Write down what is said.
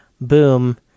boom